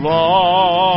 Lord